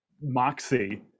moxie